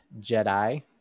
Jedi